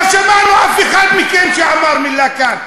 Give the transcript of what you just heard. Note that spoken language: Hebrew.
לא שמענו אף אחד מכם שאמר מילה כאן.